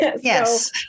yes